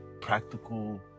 practical